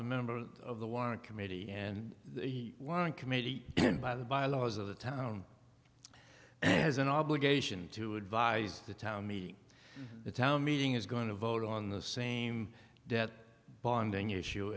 the member of the warren committee and the one committee and by the by laws of the town has an obligation to advise the town meeting the town meeting is going to vote on the same debt bonding issue